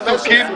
חבר הכנסת מיקי.